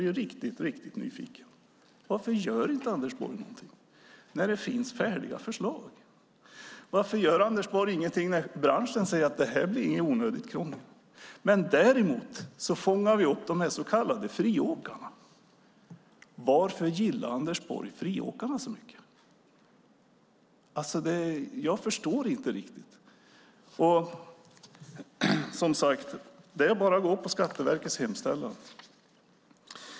Jag blir riktigt nyfiken. Varför gör inte Anders Borg något när det finns färdiga förslag? Varför gör inte Anders Borg något när branschen säger att detta inte innebär något onödigt krångel, men att vi fångar upp de så kallade friåkarna? Varför gillar Anders Borg friåkarna? Jag förstår inte det. Det är bara att gå på Skatteverkets hemställan.